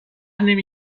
نمی